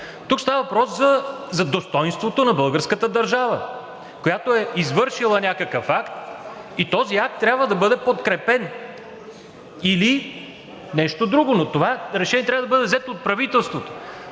Тук става въпрос за достойнството на българската държава, която е извършила някакъв акт и този акт трябва да бъде подкрепен или нещо друго, но това решение трябва да бъде взето от правителството.